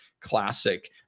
classic